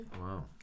Wow